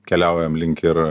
keliaujam link ir